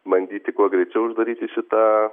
bandyti kuo greičiau uždaryti šitą